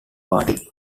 party